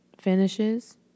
Finishes